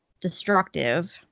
destructive